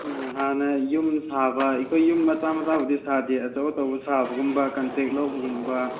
ꯎꯝ ꯍꯥꯟꯅ ꯌꯨꯝ ꯁꯥꯕ ꯑꯩꯈꯣꯏ ꯌꯨꯝ ꯃꯆꯥ ꯃꯆꯥꯕꯨꯗꯤ ꯁꯥꯗꯦ ꯑꯆꯧ ꯑꯆꯧꯕ ꯁꯥꯕꯒꯨꯝꯕ ꯀꯟꯇꯦꯛ ꯂꯧꯕꯒꯨꯝꯕ